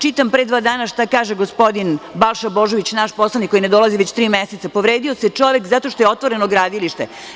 Čitam pre dva dana šta kaže gospodin Balša Božović, naš poslanik koji ne dolazi već tri meseca, povredio se čovek zato što je otvoreno gradilište.